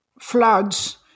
floods